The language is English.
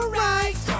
right